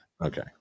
Okay